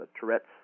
Tourette's